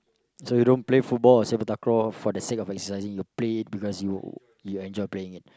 so you don't play football or sepak-takraw for the sake of exercising you play it because you you enjoy playing it